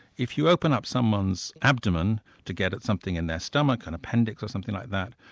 if you open up someone's abdomen to get at something in their stomach, an appendix or something like that,